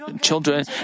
children